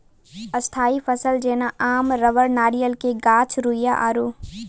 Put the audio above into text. स्थायी फसल जेना आम रबड़ नारियल के गाछ रुइया आरु